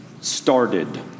started